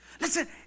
Listen